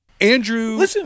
Andrew